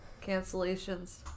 cancellations